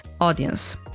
audience